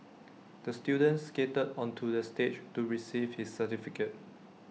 the student skated onto the stage to receive his certificate